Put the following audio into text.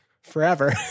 forever